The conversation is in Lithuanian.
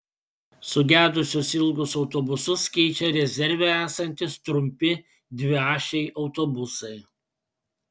sugedusius ilgus autobusus keičia rezerve esantys trumpi dviašiai autobusai